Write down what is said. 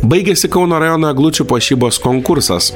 baigėsi kauno rajono eglučių puošybos konkursas